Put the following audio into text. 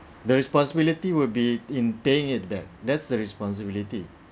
the responsibility will be in paying it back that's the responsibility